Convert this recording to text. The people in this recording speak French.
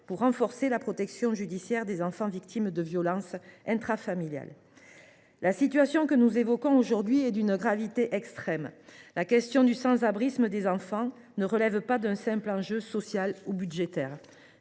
loi renforçant la protection judiciaire de l’enfant victime de violences intrafamiliales. La situation que nous évoquons aujourd’hui est d’une gravité extrême. La question du sans abrisme des enfants relève non pas d’un simple enjeu social ou budgétaire,